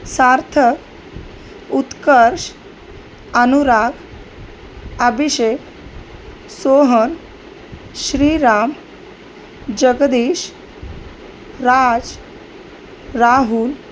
Sarthak Utkarsh Anurag Abhishek Sohan Shriram Jagdish Raj Rahul